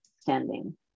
standing